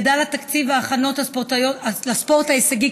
גדל תקציב ההכנות לספורט ההישגי,